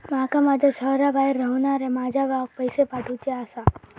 माका माझ्या शहराबाहेर रव्हनाऱ्या माझ्या भावाक पैसे पाठवुचे आसा